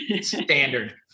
standard